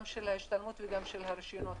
גם של ההשתלמות וגם של הרישיונות.